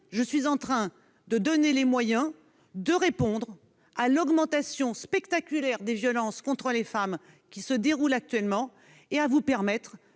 l'avenir, mais de donner les moyens de répondre à l'augmentation spectaculaire des violences contre les femmes qui se produit actuellement : j'entends vous permettre